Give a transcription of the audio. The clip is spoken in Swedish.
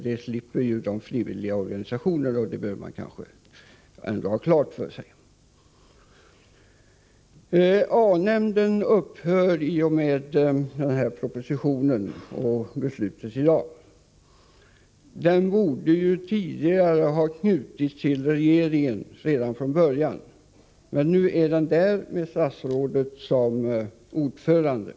Det slipper de frivilliga organisationerna, och det bör man ändå ha klart för sig. A-nämnden upphör i och med beslutet i dag. Den borde ha knutits till regeringen redan från början. Nu blir det i stället ett alkoholoch narkotikapolitiskt råd med statsrådet som ordförande.